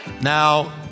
Now